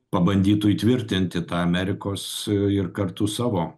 pabandytų įtvirtinti tą amerikos ir kartu savo